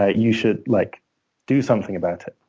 ah you should like do something about it.